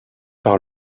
par